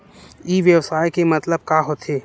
ई व्यवसाय के मतलब का होथे?